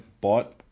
bought